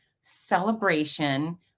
celebration